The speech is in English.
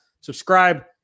Subscribe